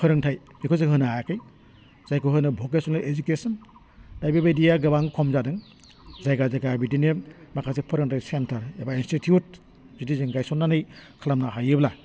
फोरोंथाइ बिखौ जों होनो हायाखै जायखौ होनो भकेसनेल एजुकेसन दा बेबायदिआ गोबां खम जादों जायगा जायगा बिदिनो माखासे फोरोंथाइ सेन्टार एबा इनस्टिटुउट बिदि जों गायसननानै खालामनो हायोब्ला